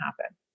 happen